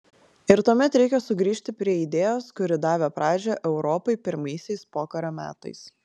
ir tuomet reikia sugrįžti prie idėjos kuri davė pradžią europai pirmaisiais pokario metais